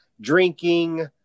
drinking